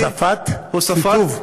הוספת כיתוב?